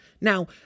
Now